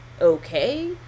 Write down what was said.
okay